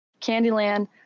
Candyland